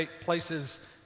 places